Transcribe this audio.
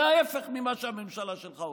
זה ההפך ממה שהממשלה שלך עושה,